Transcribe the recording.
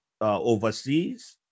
overseas